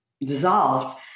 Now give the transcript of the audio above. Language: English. dissolved